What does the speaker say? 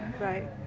Right